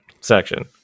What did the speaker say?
section